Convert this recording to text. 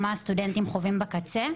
מה הסטודנטים חווים בקצה,